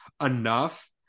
enough